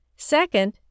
Second